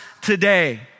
today